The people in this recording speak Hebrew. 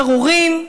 פירורים,